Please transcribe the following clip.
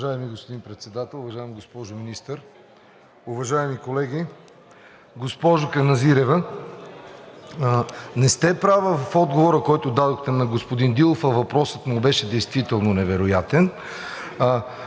Уважаеми господин Председател, уважаема госпожо Министър, уважаеми колеги! Госпожо Каназирева, не сте права в отговора, който дадохте на господин Дилов. Въпросът му беше действително невероятен,